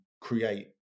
create